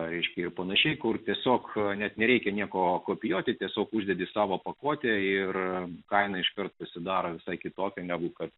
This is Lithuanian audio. aiški ir pan kur tiesiog net nereikia nieko kopijuoti tiesiog uždedi savo pakuotė ir kaina iškart pasidaro visai kitokia negu kad